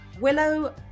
Willow